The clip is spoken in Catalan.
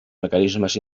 mecanismes